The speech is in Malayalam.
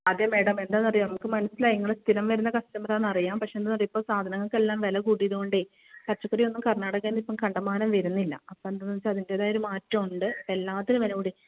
അത് മേഡം എന്താണെന്നറിയാമോ നമുക്ക് മനസിലായി നിങ്ങൾ സ്ഥിരം വരുന്ന കസ്റ്റമർ ആണെന്നറിയാം പക്ഷെ എന്താണെന്നറിയോ ഇപ്പോൾ സാധനങ്ങൾക്കെല്ലാം വില കൂട്ടിയതു കൊണ്ടേ പച്ചക്കറിയൊന്നും കർണാടകയിൽ നിന്ന് ഇപ്പം കണ്ടമാനം വരുന്നില്ല അപ്പം എന്താണെന്നു വച്ചാൽ അതിൻ്റേതായ ഒരു മാറ്റമുണ്ട് എല്ലാത്തിനും വില കൂടി